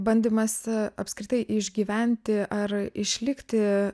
bandymas apskritai išgyventi ar išlikti